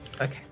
Okay